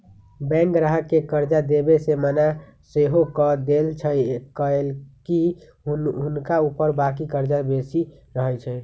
bank गाहक के कर्जा देबऐ से मना सएहो कऽ देएय छइ कएलाकि हुनका ऊपर बाकी कर्जा बेशी रहै छइ